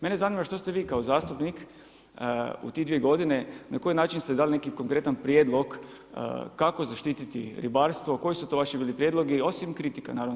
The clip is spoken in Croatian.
Mene zanima što ste vi kao zastupnik u tih dvije godine, na koji način ste dali neki konkretan prijedlog kako zaštititi ribarstvo, koji su to bili vaši prijedlozi osim kritika.